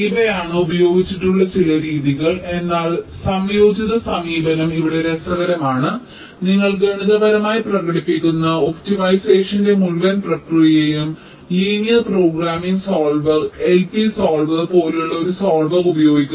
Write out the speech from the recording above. ഇവയാണ് ഉപയോഗിച്ചിട്ടുള്ള ചില രീതികൾ എന്നാൽ സംയോജിത സമീപനം ഇവിടെ രസകരമാണ് നിങ്ങൾ ഗണിതപരമായി പ്രകടിപ്പിക്കുന്ന ഒപ്റ്റിമൈസേഷന്റെ മുഴുവൻ പ്രക്രിയയും linear programming solver LP solver പോലുള്ള ഒരു സോൾവർ ഉപയോഗിക്കുന്നു